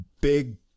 big